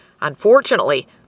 Unfortunately